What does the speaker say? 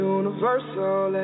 universal